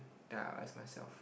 ya I ask myself